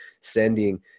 sending